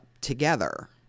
together